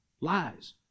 Lies